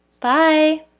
bye